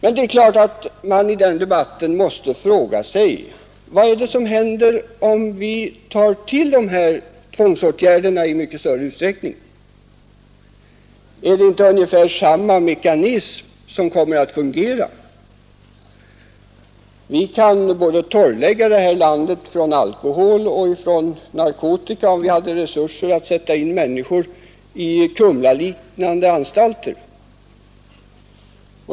I debatten måste man emellertid fråga sig vad som händer om vi tillgriper tvångsåtgärder i mycket större utsträckning än hittills. Är det inte ändå ungefär samma mekanism som kommer att fungera? Vi skulle för en tid kunna både torrlägga det här landet från alkohol och göra det fritt från narkotika om vi hade resurser att sätta in människor i Kumlaliknande anstalter.